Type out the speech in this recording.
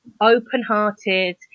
open-hearted